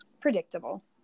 predictable